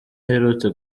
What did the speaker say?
aherutse